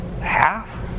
Half